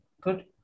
good